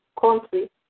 country